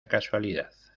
casualidad